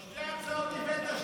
שתי הצעות הבאת,